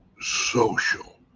social